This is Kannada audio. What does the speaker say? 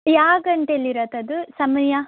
ಯಾವ ಗಂಟೆಯಲ್ಲಿರತ್ತದು ಸಮಯ